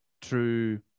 true